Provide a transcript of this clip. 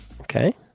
Okay